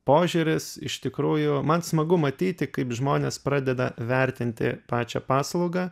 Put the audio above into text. požiūris iš tikrųjų man smagu matyti kaip žmonės pradeda vertinti pačią paslaugą